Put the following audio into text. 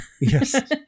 yes